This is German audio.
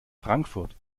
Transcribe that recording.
frankfurt